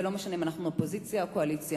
ולא משנה אם אנחנו מהאופוזיציה או מהקואליציה.